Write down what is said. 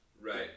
Right